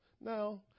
No